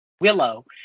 Willow